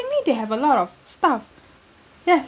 surprisingly they have a lot of stuff yes